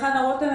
חנה רותם,